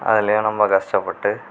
அதிலயும் நம்ம கஷ்டப்பட்டு